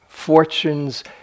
Fortunes